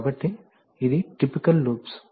కాబట్టి ఇది typical loops